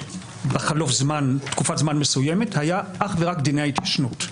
בחלוף תקופת זמן מסוימת היה אך ורק דיני ההתיישנות.